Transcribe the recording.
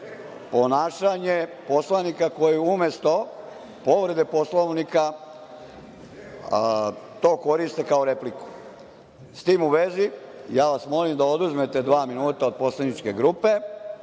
ponašanje poslanika koji umesto povrede Poslovnika to koristi kao repliku, s tim u vezi molim vas da oduzmete dva minuta od poslaničke grupe,